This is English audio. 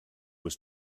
was